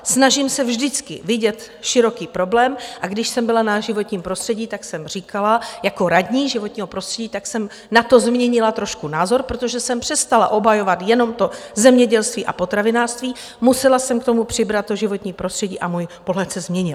Snažím se vždycky vidět široký problém, a když jsem byla na životním prostředí jako radní životního prostředí, tak jsem na to změnila trošku názor, protože jsem přestala obhajovat jenom zemědělství a potravinářství, musela jsem k tomu přibrat životní prostředí a můj pohled se změnil.